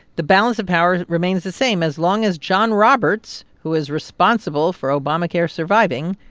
the balance of power remains the same as long as john roberts, who is responsible for obamacare surviving,